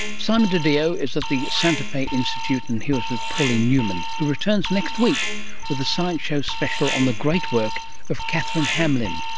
simon dedeo is at the santa fe institute, and he was with pauline newman, who returns next week with a science show special on the great work of catherine hamlin,